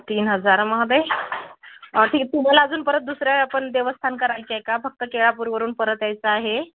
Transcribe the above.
तीन हजार महाग आहे ठीक तुम्हाला अजून परत दुसरं पण देवस्थान करायचं आहे का फक्त केळापूरवरून परत यायचं आहे